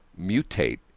mutate